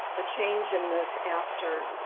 a change in this after